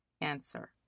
Answer